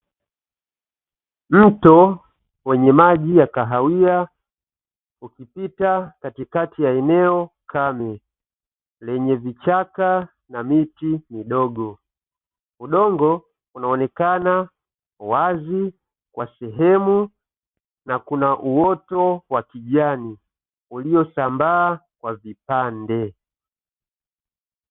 Mto wenye maji ya kahawia ukipita katikati ya eneo kame lenye vichaka na miti midogo. Udongo unaonekana wazi kwa sehemu na kuna uoto wa kijani uliosambaa kwa vipande.